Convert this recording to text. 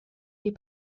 des